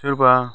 होबा